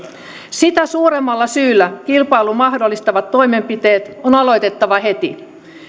sitä suuremmalla syyllä kilpailun mahdollistavat toimenpiteet on aloitettava heti